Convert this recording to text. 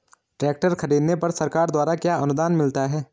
Tractor खरीदने पर सरकार द्वारा क्या अनुदान मिलता है?